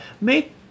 make